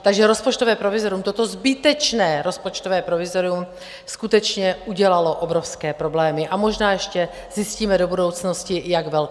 Takže rozpočtové provizorium, toto zbytečné rozpočtové provizorium skutečně udělalo obrovské problémy, a možná ještě zjistíme do budoucnosti, jak velké.